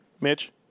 Mitch